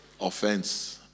Offense